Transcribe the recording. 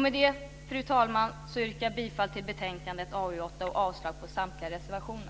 Med det, fru talman, yrkar jag bifall till utskottets förslag i betänkande AU8 och avslag på samtliga reservationer.